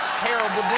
terrible.